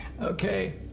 Okay